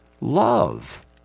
love